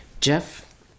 Jeff